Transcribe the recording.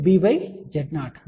B Z0